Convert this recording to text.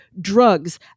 drugs